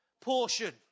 portion